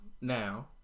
now